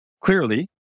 clearly